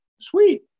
sweet